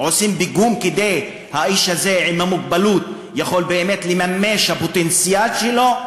ועושים פיגום כדי שהאיש הזה עם המוגבלות יוכל באמת לממש הפוטנציאל שלו,